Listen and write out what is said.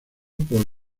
por